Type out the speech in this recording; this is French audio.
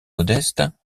modestes